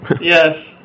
Yes